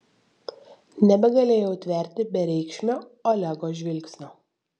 nebegalėjau tverti bereikšmio olego žvilgsnio